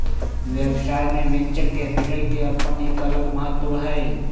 व्यवसाय में venture capital के अपन एक अलग महत्व हई